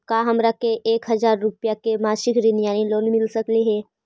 का हमरा के एक हजार रुपया के मासिक ऋण यानी लोन मिल सकली हे?